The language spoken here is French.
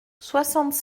soixante